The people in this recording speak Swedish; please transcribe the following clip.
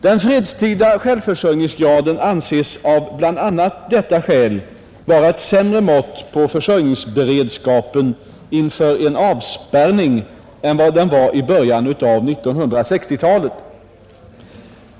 Den fredstida självförsörjningsgraden anses av bl.a. detta skäl vara ett sämre mått på försörjningsberedskapen inför en avspärrning än vad den var i början av 1960-talet.